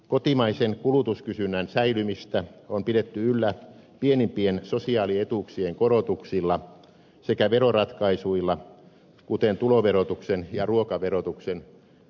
kotimaisen kulutuskysynnän säilymistä on pidetty yllä pienimpien sosiaalietuuksien korotuksilla sekä veroratkaisuilla kuten tuloverotuksen ja ruokaverotuksen keventämisellä